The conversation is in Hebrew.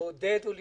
ברמה